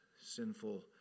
sinful